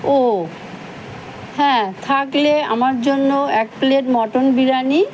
ও হ্যাঁ থাকলে আমার জন্য এক প্লেট মটন বিরিয়ানি